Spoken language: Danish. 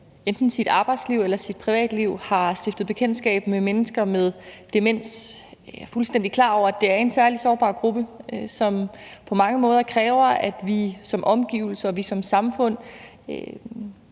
enten deres arbejdsliv eller deres privatliv har stiftet bekendtskab med mennesker med demens, er fuldstændig klar over, at det er en særligt sårbar gruppe, som på mange måder kræver, at vi som omgivelser og at vi som samfund